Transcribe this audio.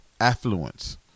affluence